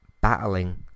battling